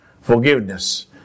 forgiveness